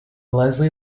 leslie